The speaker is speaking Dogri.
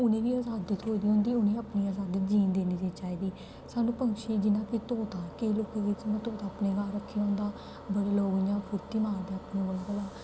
उ'नें गी बी अजादी थ्होई दी होंदी उ'नें गी अपनी अजादी जीन देनी चाहिदी सानूं पंछियें जियां कि तोता केईं लोकें केह् कीते दा होंदा तोता अपने घर रक्खे दा होंदा बड़े लोक इ'यां फुर्ती मारदे अपने कोला भला